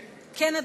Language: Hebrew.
כן,